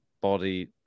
Body